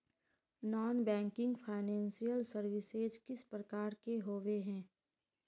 Non banking financial services किस प्रकार के होबे है?